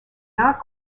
not